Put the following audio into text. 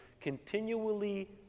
continually